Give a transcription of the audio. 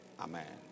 Amen